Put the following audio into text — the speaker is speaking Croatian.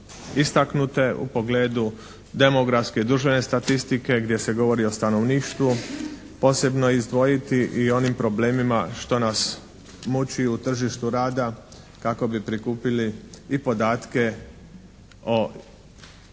istaknute u pogledu demografske i … /Govornik se ne razumije./ statistike gdje se govori o stanovništvu, posebno izdvojiti i u onim pogledima što nas muči i u tržištu rada kako bi prikupili i podatke o zaposlenima